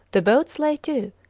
the boats lay to,